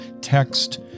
Text